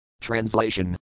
Translation